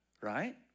Right